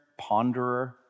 ponderer